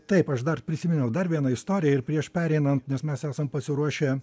taip aš dar prisiminiau dar vieną istoriją ir prieš pereinant nes mes esam pasiruošę